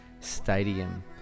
Stadium